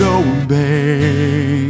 obey